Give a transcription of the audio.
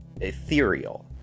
ethereal